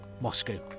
Moscow